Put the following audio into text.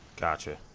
Gotcha